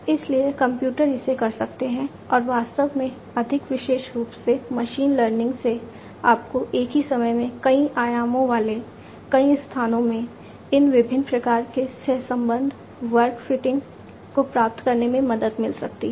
इसलिए कंप्यूटर इसे कर सकते हैं और वास्तव में अधिक विशेष रूप से मशीन लर्निंग से आपको एक ही समय में कई आयामों वाले कई स्थानों में इन विभिन्न प्रकार के सहसंबंध वक्र फिटिंग को प्राप्त करने में मदद मिल सकती है